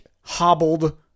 hobbled